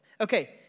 Okay